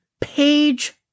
page